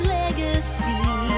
legacy